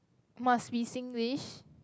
must be Singlish